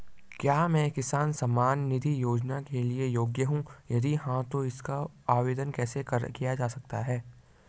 क्या मैं किसान सम्मान निधि योजना के लिए योग्य हूँ यदि हाँ तो इसको कैसे आवेदन किया जा सकता है?